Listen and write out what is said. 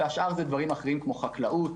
והשאר זה דברים אחרים כמו חקלאות,